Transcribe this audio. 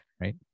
right